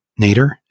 Nader